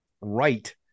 right